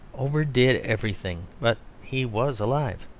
overdid everything, but he was alive.